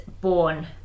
born